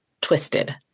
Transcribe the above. twisted